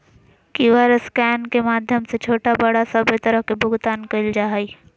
QR scan के माध्यम से छोटा बड़ा सभे तरह के भुगतान कइल जा हइ